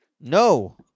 no